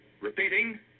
Repeating